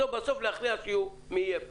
בסוף-בסוף להכריע מי יהיה פה.